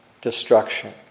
destruction